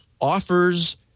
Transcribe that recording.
offers